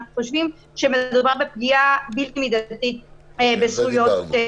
אנחנו חושבים שמדובר בפגיעה בלתי מידתית בזכויות.